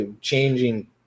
changing